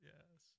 Yes